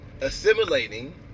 assimilating